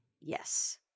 yes